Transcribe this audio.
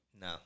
No